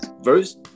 verse